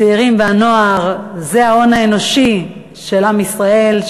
הצעירים והנוער זה ההון האנושי של עם ישראל,